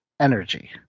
Energy